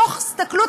תוך הסתכלות